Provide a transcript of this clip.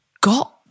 got